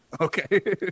Okay